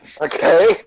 Okay